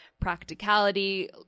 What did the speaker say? practicality